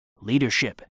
Leadership